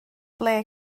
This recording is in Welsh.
ble